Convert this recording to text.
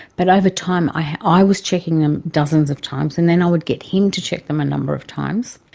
but over time i was checking them dozens of times, and then i would get him to check them a number of times.